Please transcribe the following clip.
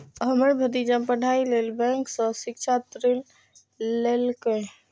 हमर भतीजा पढ़ाइ लेल बैंक सं शिक्षा ऋण लेलकैए